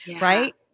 right